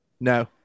no